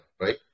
right